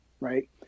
Right